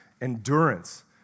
endurance